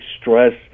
stress